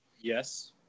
Yes